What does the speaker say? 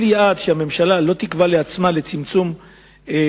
כל זמן שהממשלה לא תקבע לעצמה יעד לצמצום העוני,